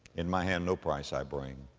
in my hand no price i bring.